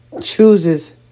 chooses